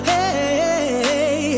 Hey